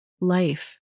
life